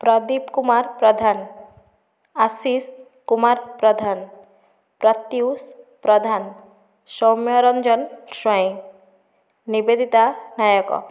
Pradeep Kumar Pradhan Ashish Kumar Pradhan Pratyush Pradhan Soumya Ranjan Swain Nibedita Nayak